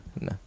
No